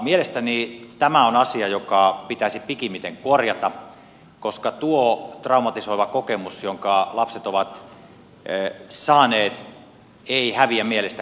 mielestäni tämä on asia joka pitäisi pikimmiten korjata koska tuo traumatisoiva kokemus jonka lapset ovat saaneet ei häviä mielestä koskaan